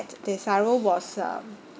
desaru was um